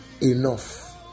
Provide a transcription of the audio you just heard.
enough